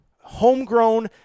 homegrown